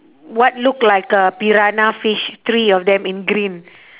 what look like a piranha fish three of them in green